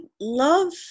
love